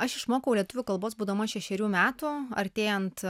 aš išmokau lietuvių kalbos būdama šešerių metų artėjant